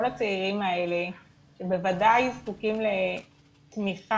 כל הצעירים האלה, שבוודאי זקוקים לתמיכה